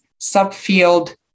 subfield